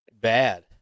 Bad